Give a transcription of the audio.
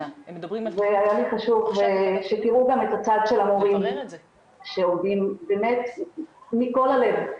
והיה לי חשוב שתראו גם את הצד של המורים שעובדים באמת מכל הלב,